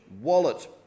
wallet